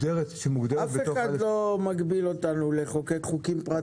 אף אחד לא מגביל אותנו לחוקק חוקים פרטיים